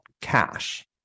cash